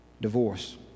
divorce